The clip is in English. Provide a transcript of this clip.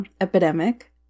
epidemic